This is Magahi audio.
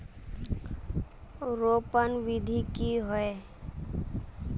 रोपण विधि की होय?